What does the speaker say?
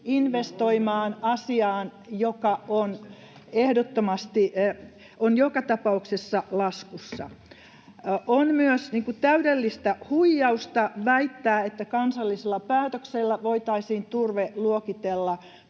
investoimaan asiaan, joka ehdottomasti on joka tapauksessa laskussa. On myös täydellistä huijausta väittää, että kansallisella päätöksellä voitaisiin turve luokitella